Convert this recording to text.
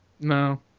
No